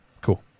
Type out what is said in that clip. Cool